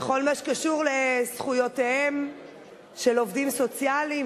בכל מה שקשור לזכויותיהם של עובדים סוציאליים,